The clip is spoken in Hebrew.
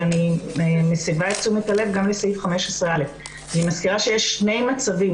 ואני מסבה את תשומת הלב גם לסעיף 15א. אני מזכירה שיש שני מצבים.